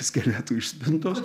skeletų iš spintos